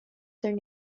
their